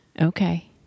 Okay